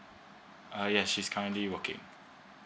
uh yes she's currently working